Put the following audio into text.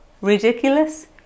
Ridiculous